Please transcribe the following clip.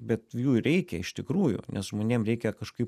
bet jų reikia iš tikrųjų nes žmonėm reikia kažkaip